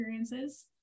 experiences